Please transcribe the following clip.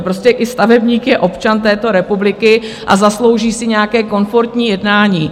Prostě i stavebník je občan této republiky a zaslouží si nějaké komfortní jednání.